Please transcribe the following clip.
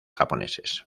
japoneses